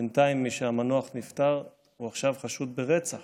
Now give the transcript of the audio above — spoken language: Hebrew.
ומשהמנוח נפטר הוא עכשיו חשוד ברצח